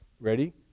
Ready